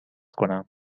کنم